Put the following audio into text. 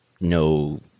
no